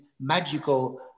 magical